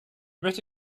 möchte